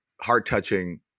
heart-touching